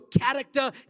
character